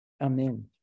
Amen